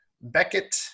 Beckett